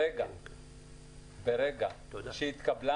ברגע שהתקבלה